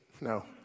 No